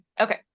okay